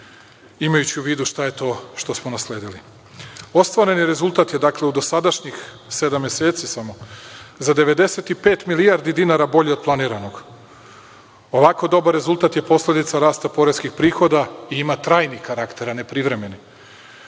imajući u vidu šta je to što smo nasledili. Ostvareni rezultat je, dakle, u dosadašnjih sedam meseci samo za 95 milijardi dinara bolji od planiranog. Ovako dobar rezultat je posledica rasta poreskih prihoda i ima trajni karakter, a ne privremeni.